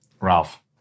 Ralph